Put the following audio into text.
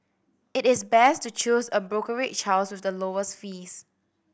it is best to choose a brokerage house with the lowest fees